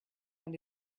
and